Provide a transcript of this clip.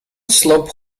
slope